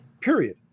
Period